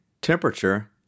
temperature